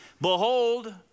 behold